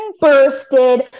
bursted